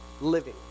living